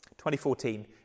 2014